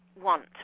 want